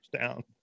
down